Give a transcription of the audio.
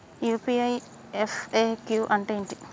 UPI FAQ అంటే ఏమిటి?